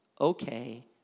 okay